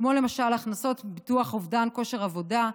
כמו הכנסות מביטוח אובדן כושר עבודה,